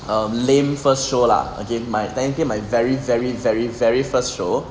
um lame first show lah okay my thank you my very very very very first show